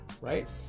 right